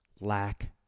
lack